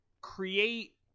create